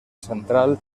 central